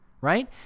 right